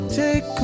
take